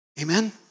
Amen